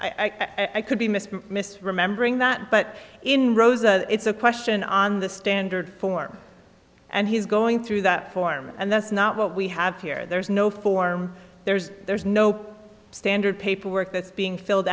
know i could be mr miss remembering that but in rose a it's a question on the standard form and he's going through that form and that's not what we have here there's no form there's there's no standard paperwork that's being filled